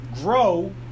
grow